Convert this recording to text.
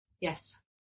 Yes